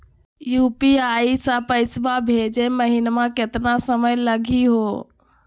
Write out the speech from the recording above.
UPI स पैसवा भेजै महिना केतना समय लगही हो?